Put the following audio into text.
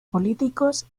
políticos